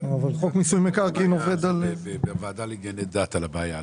צריך לבדוק בוועדה לענייני דת על הבעיה הזו.